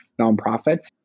nonprofits